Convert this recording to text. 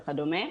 וכדומה.